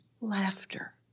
laughter